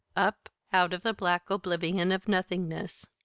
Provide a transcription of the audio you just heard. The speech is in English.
up, out of the black oblivion of nothingness.